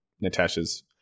Natasha's